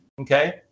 okay